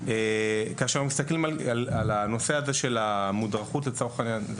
כאשר אנחנו מסתכלים על הנושא הזה של המודרכות לצורך העניין,